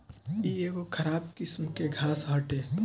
इ एगो खराब किस्म के घास हटे